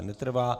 Netrvá.